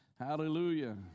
Hallelujah